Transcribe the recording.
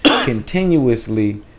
continuously